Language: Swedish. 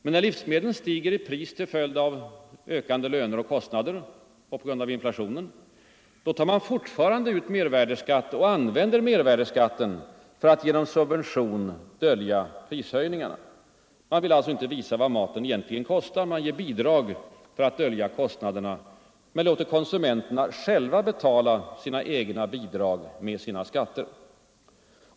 Men när livsmedlen stiger i pris till följd av ökande löner och kostnader — och på grund av inflationen — då tar man fortfarande ut mervärdeskatt och använder mervärdeskatten för att genom subvention dölja prishöjningarna. Man vill alltså inte visa vad maten egentligen kostar. Man ger bidrag för att dölja kostnaderna. Man låter konsumenterna själva betala sina egna bidrag med sina skatter.